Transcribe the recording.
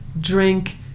drink